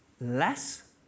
less